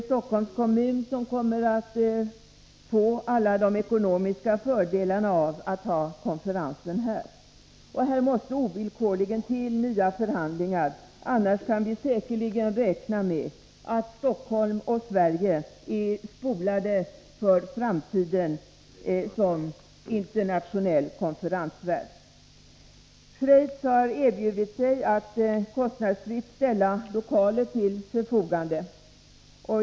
Stockholms kommun kommer att få alla ekonomiska fördelar av att ha konferensen här. Nya förhandlingar måste ovillkorligen till. Annars kan vi säkerligen räkna med att Stockholm och Sverige är ”spolade” för framtiden som internationella konferensvärdar. Schweiz har erbjudit sig att kostnadsfritt ställa lokaler till förfogande.